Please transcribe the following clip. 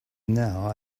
now